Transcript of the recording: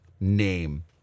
name